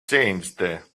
changed